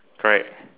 correct